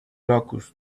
locusts